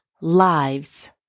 lives